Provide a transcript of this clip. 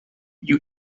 you